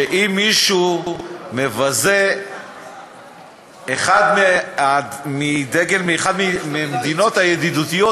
שאם מישהו מבזה אחד מדגלי המדינות הידידותיות,